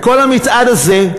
בכל המצעד הזה,